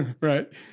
Right